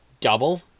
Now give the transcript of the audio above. double